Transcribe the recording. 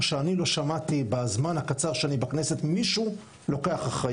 שאני לא שמעתי בזמן הקצר שאני בכנסת מישהו לוקח.